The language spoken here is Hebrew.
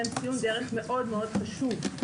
הם ציון דרך מאד מאד חשוב,